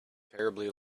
terribly